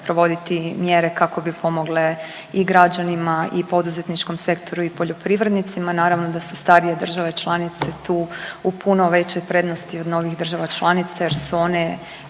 provoditi mjere kako bi pomogle i građanima i poduzetničkom sektoru i poljoprivrednicima. Naravno da su starije države članice tu u puno većoj prednosti od novih država članica, jer su one